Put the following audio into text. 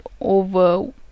over